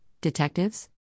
Detectives